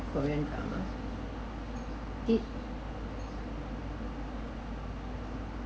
korean drama kid